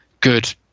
good